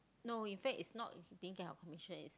no in fact is not he didn't get her commission in fact is